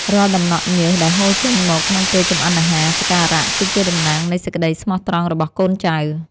រាល់ដំណក់ញើសដែលហូរចេញមកក្នុងពេលចម្អិនអាហារសក្ការៈគឺជាតំណាងនៃសេចក្តីស្មោះត្រង់របស់កូនចៅ។